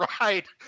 right